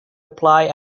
apply